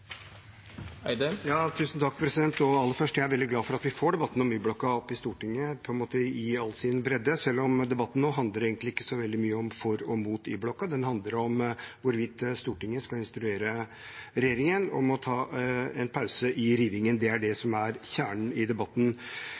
veldig glad for at vi får debatten om Y-blokka opp i Stortinget, i all sin bredde, selv om debatten nå egentlig ikke handler så mye om for og imot Y-blokka, den handler om hvorvidt Stortinget skal instruere regjeringen om å ta en pause i rivingen. Det er det som er kjernen i debatten.